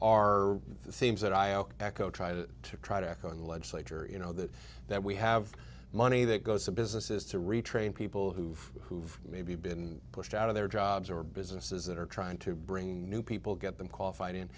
are the themes that i owe echo try to to try to echo in the legislature in know that that we have money that goes to businesses to retrain people who've who've maybe been pushed out of their jobs or businesses that are trying to bring new people get them qualified in